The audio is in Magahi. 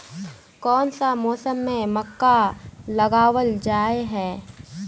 कोन सा मौसम में मक्का लगावल जाय है?